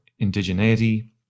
indigeneity